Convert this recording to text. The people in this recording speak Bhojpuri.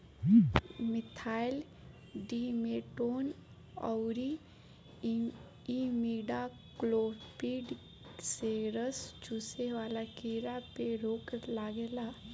मिथाइल डिमेटोन अउरी इमिडाक्लोपीड से रस चुसे वाला कीड़ा पे रोक लागेला